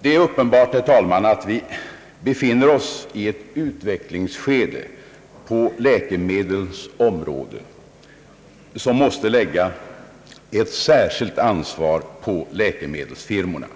Det är uppenbart, herr talman, att vi befinner oss i ett utvecklingsskede på läkemedlens område, som måste lägga ett särskilt ansvar på läkemedelsfirmorna.